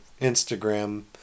instagram